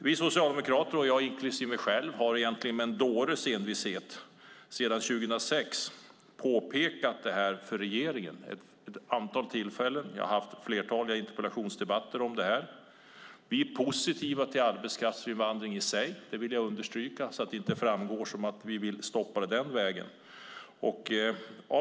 Vi socialdemokrater - inklusive mig själv - har med en dåres envishet sedan 2006 påpekat detta för regeringen vid ett antal tillfällen. Jag har haft många interpellationsdebatter om detta. Jag vill understryka att vi är positiva till arbetskraftsinvandring så att det inte verkar som att vi vill stoppa den.